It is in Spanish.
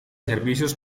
servicios